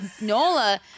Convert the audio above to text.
Nola